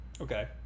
Okay